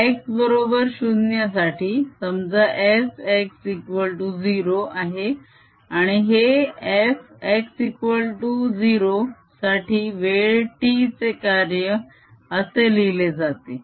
x0 साठी समजा f x 0 आहे आणि हे f x0 साठी वेळ t चे कार्य असे लिहिले जाते